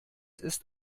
ist